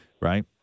right